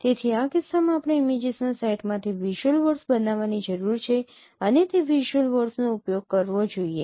તેથી આ કિસ્સામાં આપણે ઇમેજીસના સેટમાંથી વિઝ્યુઅલ વર્ડસ બનાવવાની જરૂર છે અને તે વિઝ્યુઅલ વર્ડસનો ઉપયોગ કરવો જોઈએ